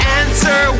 answer